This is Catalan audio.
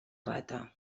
rata